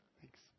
Thanks